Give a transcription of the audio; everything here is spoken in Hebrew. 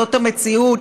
זו המציאות.